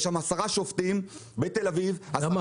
יש שם 10 שופטים, בתל אביב --- למה?